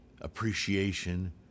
appreciation